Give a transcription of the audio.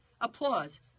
Applause